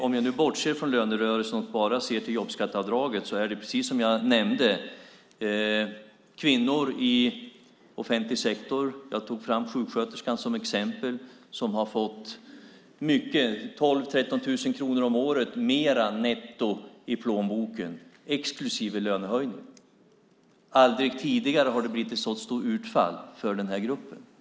Om jag bortser från lönerörelsen och bara ser till jobbskatteavdraget är det precis som jag nämnde kvinnor i offentlig sektor - jag tog sjuksköterskan som exempel - som har fått mycket, 12 000-13 000 kronor om året, mer i netto i plånboken, exklusive lönehöjning. Aldrig tidigare har det blivit ett så stort utfall för den här gruppen.